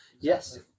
Yes